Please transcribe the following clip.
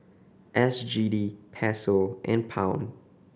S G D Peso and Pound